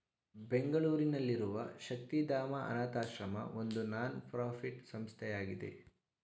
ಬೆಂಗಳೂರಿನಲ್ಲಿರುವ ಶಕ್ತಿಧಾಮ ಅನಾಥಶ್ರಮ ಒಂದು ನಾನ್ ಪ್ರಫಿಟ್ ಸಂಸ್ಥೆಯಾಗಿದೆ